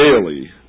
daily